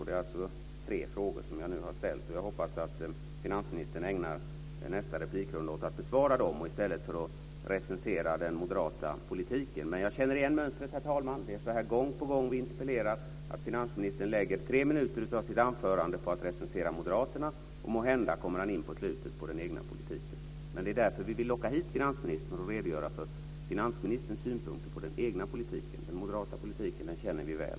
Det är alltså tre frågor som jag nu har ställt. Jag hoppas att finansministern ägnar nästa replikrunda åt att besvara dem i stället för att recensera den moderata politiken. Jag känner igen mönstret, herr talman. Det är så här gång på gång när vi interpellerar. Finansministern lägger tre minuter av sitt anförande på att recensera moderaterna, och måhända kommer han in på slutet på den egna politiken. Det är för att finansministern ska kunna redogöra för sina synpunkter på den egna politiken som vi vill locka hit honom. Den moderata politiken känner vi väl.